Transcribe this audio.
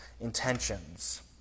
intentions